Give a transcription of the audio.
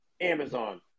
Amazon